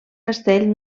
castell